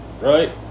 right